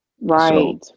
Right